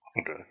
Okay